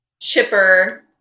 chipper